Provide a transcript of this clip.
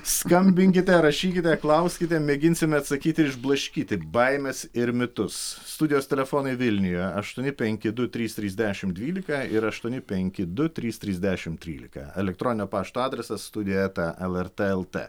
skambinkite rašykite klauskite mėginsime atsakyti išblaškyti baimes ir mitus studijos telefonai vilniuje aštuoni penki du trys trys dešimt dvylika ir aštuoni penki du trys trys dešimt trylika elektroninio pašto adresas studija eta lrt lt